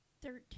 Thirteen